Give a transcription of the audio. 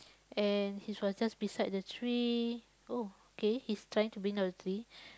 and he was just beside the tree oh K he's trying to bring down the tree